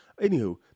Anywho